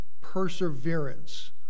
perseverance